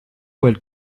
quel